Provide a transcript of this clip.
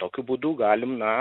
tokiu būdu galim na